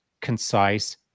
concise